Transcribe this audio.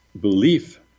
belief